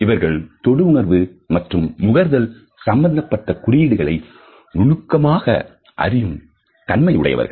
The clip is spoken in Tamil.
இவர்கள் தொடு உணர்வு மற்றும் முகர்தல் சம்பந்தப்பட்ட குறியீடுகளை நுணுக்கமாக அறியும் தன்மை உடையவர்கள்